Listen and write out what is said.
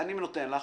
אני נותן לך.